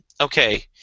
Okay